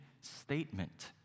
statement